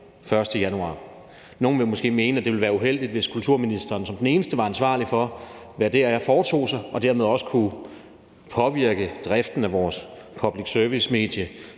1. januar. Nogle vil måske mene, at det ville være uheldigt, hvis kulturministeren som den eneste var ansvarlig for, hvad DR foretog sig, og dermed også kunne påvirke driften af vores public service-medie